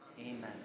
Amen